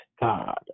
God